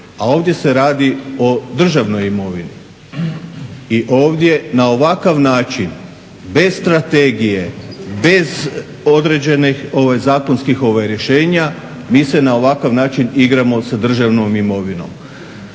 a ovdje se radi o državnoj imovini i ovdje na ovakav način bez strategije, bez određenih zakonskih rješenja mi se na ovakav način igramo sa državnom imovinom.